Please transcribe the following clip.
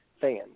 fans